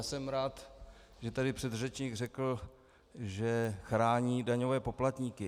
Jsem rád, že tady předřečník řekl, že chrání daňové poplatníky.